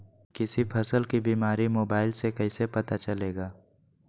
किसी फसल के बीमारी मोबाइल से कैसे पता चलेगा?